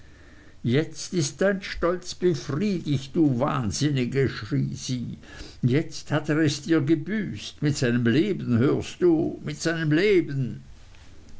jetzt ist dein stolz befriedigt du wahnsinnige schrie sie jetzt hat er es dir gebüßt mit seinem leben hörst du mit seinem leben